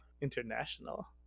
international